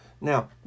Now